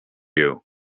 you